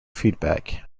feedback